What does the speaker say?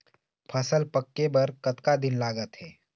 फसल पक्के बर कतना दिन लागत हे?